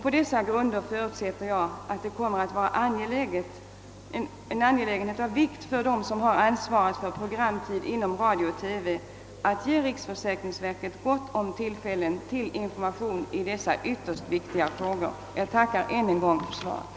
På dessa grunder förutsätter jag att det kommer att vara en angelägenhet av vikt för dem som har ansvaret för programtiden inom radio och TV att ge riksförsäkringsverket gott om tillfällen till information i dessa ytterst viktiga frågor. Jag tackar ännu en gång för svaret.